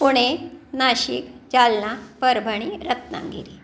Pune Nashik Jalna Parbhani Ratnagiri